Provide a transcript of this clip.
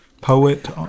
Poet